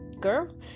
girl